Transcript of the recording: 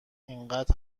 اینقد